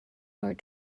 hard